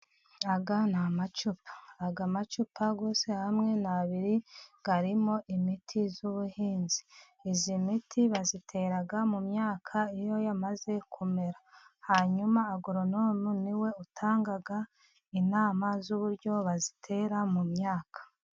Aya ni amacupa. Aya macupa yose hamwe ni abiri arimo imiti z'ubuhinzi. Iyi miti bayitera mu myaka iyo yamaze kumera. Hanyuma agronome ni we utanga inama z'uburyo bazitera mu myaka.